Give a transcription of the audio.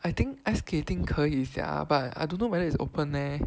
I think ice skating 可以 sia but I don't know whether it's open leh